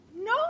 No